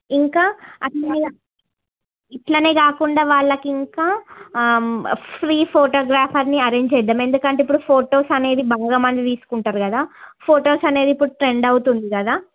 ఇంకా మళ్ళా ఇట్లనే కాకుండా వాళ్ళకింకా ఫ్రీ ఫోటోగ్రాఫ్స్ అన్నీ అరేంజ్ చేద్దాం ఎందుకంటే ఇప్పుడు ఫోటోస్ అనేవి బంగమని తీసుకుంటారు కదా ఫోటోస్ అనేవి ఇప్పుడు ట్రెండ్ అవుతుంది కదా